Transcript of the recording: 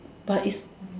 but is